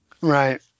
Right